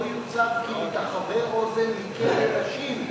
לא יוצב כמטחווי-אוזן מכלא נשים,